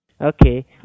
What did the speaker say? Okay